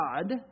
God